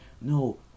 no